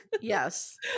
Yes